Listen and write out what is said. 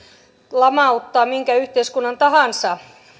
lamauttaa minkä yhteiskunnan tahansa